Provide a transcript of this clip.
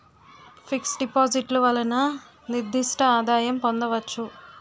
fix డిపాజిట్లు వలన నిర్దిష్ట ఆదాయం పొందవచ్చు